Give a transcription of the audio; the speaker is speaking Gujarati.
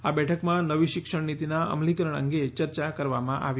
આ બેઠકમાં નવી શિક્ષણનીતિના અમલીકરણ અંગે ચર્ચા કરવામાં આવી હતી